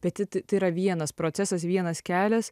bet ji tai yra vienas procesas vienas kelias